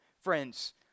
friends